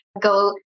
go